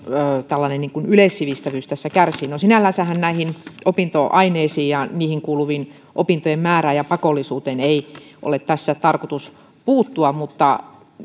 tällainen yleissivistävyys tässä kärsii no sinällänsähän näihin opintoaineisiin ja niihin kuuluvien opintojen määrään ja pakollisuuteen ei ole tässä tarkoitus puuttua mutta